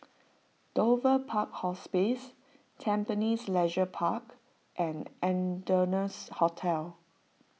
Dover Park Hospice Tampines Leisure Park and Ardennes Hotel